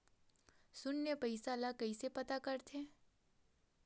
शून्य पईसा ला कइसे पता करथे?